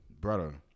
Brother